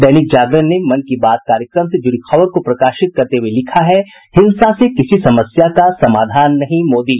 दैनिक जागरण ने मन की बात कार्यक्रम से जुड़ी खबर को प्रकाशित करते हुये लिखा है हिंसा से किसी समस्या का समाधान नहीं मोदी